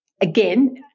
again